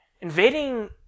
invading